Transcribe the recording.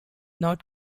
not